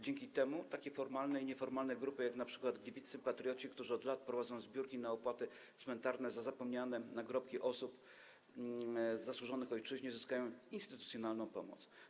Dzięki temu takie formalne i nieformalne grupy, jak np. Gliwiccy Patrioci, którzy od lat prowadzą zbiórki na opłaty cmentarne za zapomniane nagrobki osób zasłużonych ojczyźnie, uzyskają instytucjonalną pomoc.